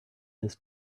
this